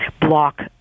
block